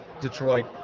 Detroit